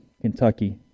Kentucky